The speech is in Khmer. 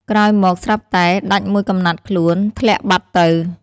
ក្រោយមកស្រាប់តែ ដាច់មួយកំណាត់ខ្លួន ធ្លាក់បាត់ទៅ។